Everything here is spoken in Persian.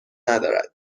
ندارد